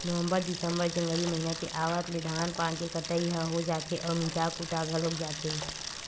नवंबर, दिंसबर, जनवरी महिना के आवत ले धान पान के कटई ह हो जाथे अउ मिंजा कुटा घलोक जाथे